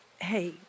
Hey